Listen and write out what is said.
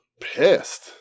pissed